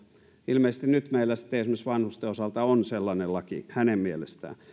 ilmeisesti nyt meillä sitten esimerkiksi vanhusten osalta on sellainen laki hänen mielestään